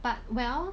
but well